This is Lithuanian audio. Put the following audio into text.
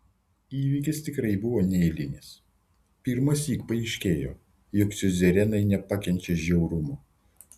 įvykis tikrai buvo neeilinis pirmąsyk paaiškėjo jog siuzerenai nepakenčia žiaurumo